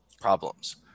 problems